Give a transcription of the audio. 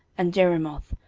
and jerimoth,